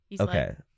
Okay